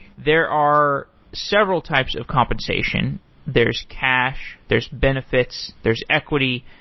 there are several types of compensation there's cash, there's benefits, there's equity.